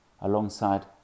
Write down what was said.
Alongside